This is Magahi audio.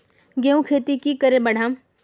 गेंहू खेती की करे बढ़ाम?